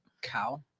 cow